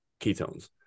ketones